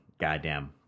goddamn